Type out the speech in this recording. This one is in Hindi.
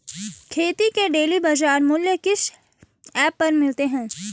खेती के डेली बाज़ार मूल्य किस ऐप पर मिलते हैं?